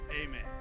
Amen